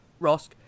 Rosk